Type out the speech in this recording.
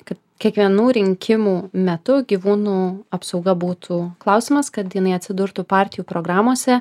kad kiekvienų rinkimų metu gyvūnų apsauga būtų klausimas kad jinai atsidurtų partijų programose